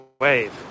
wave